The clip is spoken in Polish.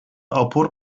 opór